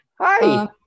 Hi